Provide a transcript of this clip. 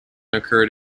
occurred